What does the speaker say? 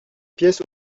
pièce